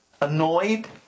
annoyed